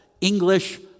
English